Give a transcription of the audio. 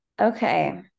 Okay